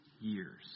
years